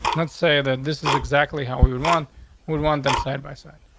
let's say that this is exactly how we would want would want them side by side.